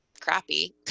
crappy